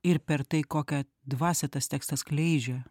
ir per tai kokią dvasią tas tekstas skleidžia